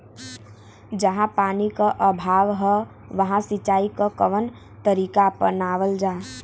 जहाँ पानी क अभाव ह वहां सिंचाई क कवन तरीका अपनावल जा?